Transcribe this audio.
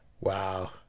wow